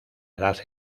edad